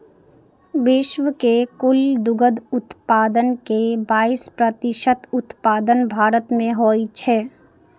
विश्व के कुल दुग्ध उत्पादन के बाइस प्रतिशत उत्पादन भारत मे होइ छै